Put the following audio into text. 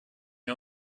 wir